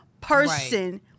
person